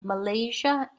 malaysia